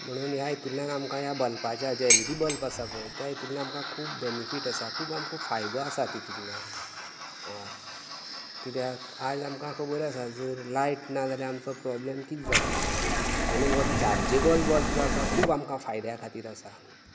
म्हणून ह्या हितूंतल्यान आमकां ह्या बल्बाच्या ज्या एलइडी बल्ब आसा पळय त्या हितूंतल्यान आमकां खूब बेनिफीट आसा खूब आमकां फायदो आसा तितून हय कित्याक आयज आमकां खबर आसा जर लायट ना जाल्यार आमचो प्रोब्लम कितें जाता तो म्हणून हो चार्जेबल बल्ब जो आसा खूब आमकां फायद्याक खातीर आसा हय